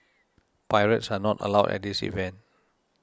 pirates are not allowed at this event